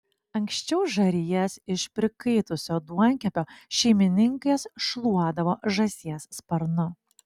anksčiau žarijas iš prikaitusio duonkepio šeimininkės šluodavo žąsies sparnu